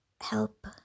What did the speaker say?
help